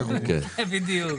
בדיוק.